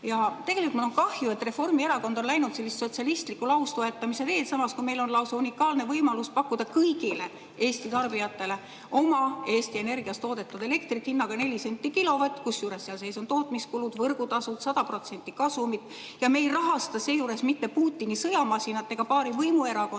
Ja tegelikult mul on kahju, et Reformierakond on läinud sellist sotsialistlikku laustoetamise teed, samas kui meil on lausa unikaalne võimalus pakkuda kõigile Eesti tarbijatele oma Eesti Energias toodetud elektrit hinnaga 4 senti kilovatt, kusjuures seal sees on tootmiskulud, võrgutasud, 100% kasumit. Me ei rahastaks seejuures mitte Putini sõjamasinat ega paari võimuerakonda